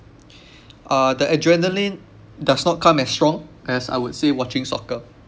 uh the adrenaline does not come as strong as I would say watching soccer